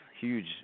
huge